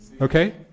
Okay